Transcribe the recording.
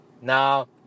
Now